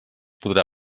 podrà